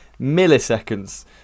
milliseconds